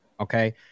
Okay